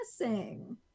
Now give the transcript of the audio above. missing